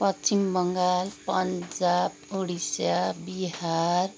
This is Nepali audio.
पश्चिम बङ्गाल पन्जाब उडिसा बिहार